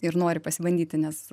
ir nori pasibandyti nes